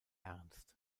ernst